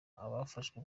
abafashwe